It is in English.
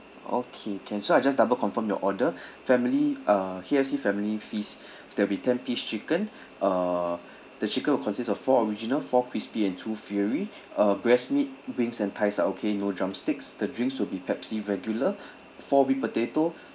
okay can so I just double confirm your order family uh here C family feast there will be ten piece chicken uh the chicken will consists of four original four crispy and two fury uh breast meat wings and thighs are okay no drumsticks the drinks will be pepsi regular four whipped potato